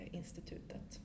institutet